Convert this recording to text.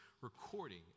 recording